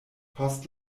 post